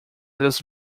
this